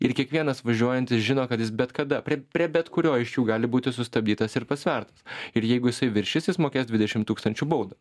ir kiekvienas važiuojantis žino kad jis bet kada prie prie bet kurio iš jų gali būti sustabdytas ir pasvertas ir jeigu jisai viršys jis mokės dvidešim tūkstančių baudą